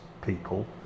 people